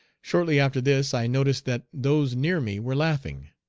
shortly after this i noticed that those near me were laughing.